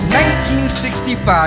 1965